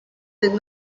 did